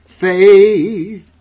Faith